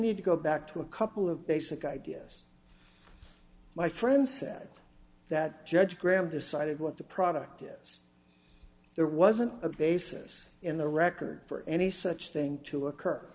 need to go back to a couple of basic ideas my friend said that judge graham decided what the product is there wasn't a basis in the record for any such thing to occur